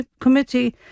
Committee